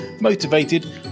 motivated